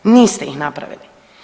Niste ih napravili.